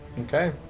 Okay